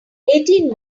eighteen